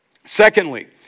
Secondly